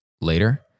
later